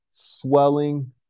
swelling